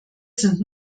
sind